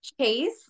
Chase